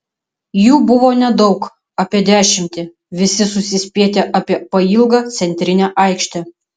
jų buvo nedaug apie dešimtį visi susispietę apie pailgą centrinę aikštę